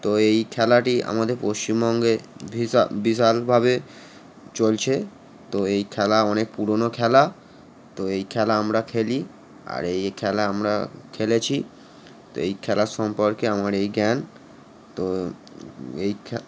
তো এই খেলাটি আমাদের পশ্চিমবঙ্গে ভিশা বিশালভাবে চলছে তো এই খেলা অনেক পুরোনো খেলা তো এই খেলা আমরা খেলি আর এই খেলা আমরা খেলেছি তো এই খেলার সম্পর্কে আমার এই জ্ঞান তো এই খে